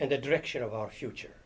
and the direction of our future